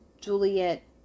Juliet